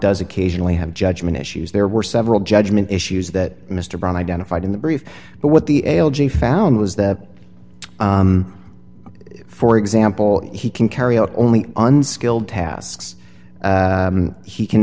does occasionally have judgment issues there were several judgement issues that mr brown identified in the brief but what the l g found was that for example he can carry out only unskilled tasks he can